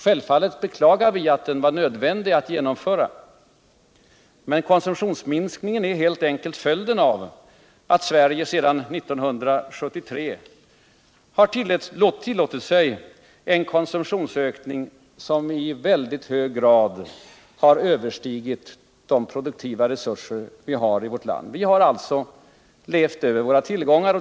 Självfallet beklagar vi att den var nödvändig att genomföra, men konsumtionsminskningen är helt enkelt följden av att Sverige sedan 1973 har tillåtit sig en konsumtionsökning som i mycket hög grad har överstigit de produktiva resurser vi har i vårt land. Vi har alltså levt över våra tillgångar.